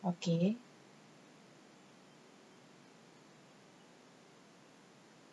okay